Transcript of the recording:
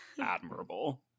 admirable